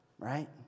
Right